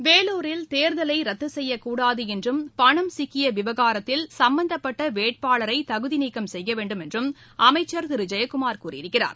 வேலூரில் தேர்தலை ரத்து செய்யக்கூடாது என்றும் பணம் சிக்கிய விவகாரத்தில் சம்பந்தப்பட்ட வேட்பாளரை தகுதிநீக்கம் செய்ய வேண்டும் என்றும் அமைச்சர் திரு ஜெயக்குமார் கூறியிருக்கிறார்